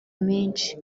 menshi